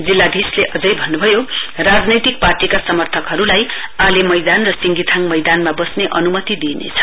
जिल्लाधीशले अझै भन्नुभयो राजनैतिक पार्टीका समर्थहरुलाई आले मैदान र सिंगीथाङ मैदानमा वस्ने अनुमति दिइनेछ